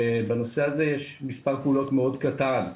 בנושא הזה יש מספר פעולות מאוד קטן.